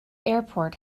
airport